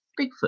Bigfoot